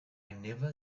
never